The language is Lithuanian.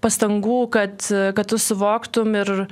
pastangų kad kad tu suvoktum ir